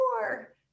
more